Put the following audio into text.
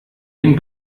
den